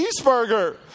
cheeseburger